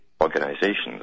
organizations